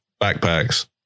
backpacks